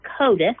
CODIS